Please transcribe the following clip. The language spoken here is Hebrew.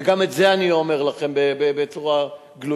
וגם את זה אני אומר לכם בצורה גלויה,